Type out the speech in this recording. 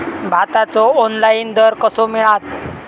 भाताचो ऑनलाइन दर कसो मिळात?